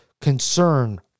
concern